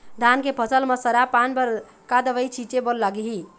धान के फसल म सरा पान बर का दवई छीचे बर लागिही?